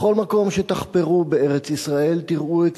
בכל מקום שתחפרו בארץ-ישראל תראו את